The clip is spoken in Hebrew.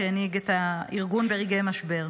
שהנהיג את הארגון ברגעי משבר.